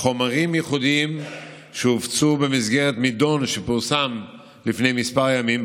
חומרים ייחודיים שהופצו במסגרת מידעון שפורסם לפני כמה ימים,